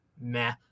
meh